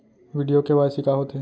video KYC का होथे